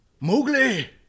Mowgli